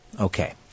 okay